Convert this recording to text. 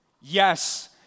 Yes